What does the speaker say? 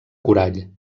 corall